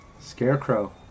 Scarecrow